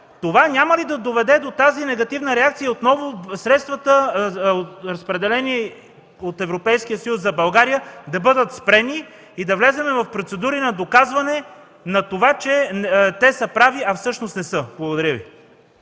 Това няма ли да доведе до негативната реакция отново средствата, разпределени от Европейския съюз за България, да бъдат спрени, и да влезем в процедури на доказване, че те са прави, а всъщност не са? Благодаря.